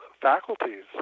faculties